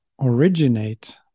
originate